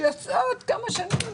הן יוצאות ועוברות כמה שנים.